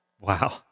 Wow